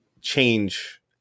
change